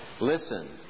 Listen